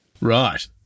Right